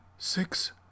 Six